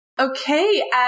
Okay